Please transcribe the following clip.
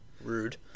rude